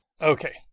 Okay